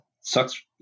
sucks